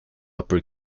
upper